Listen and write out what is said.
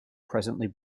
presently